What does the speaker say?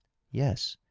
yes.